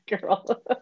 girl